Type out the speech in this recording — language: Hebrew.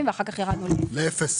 ואחר כך ירדנו לאפס.